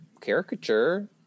caricature